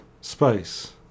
space